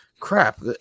crap